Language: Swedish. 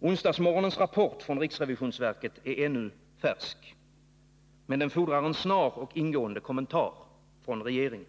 Onsdagsmorgonens rapport från riksrevisionsverket är ännu färsk. Men den fordrar en snar och ingående kommentar från regeringen.